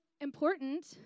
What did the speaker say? important